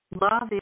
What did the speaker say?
love